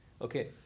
Okay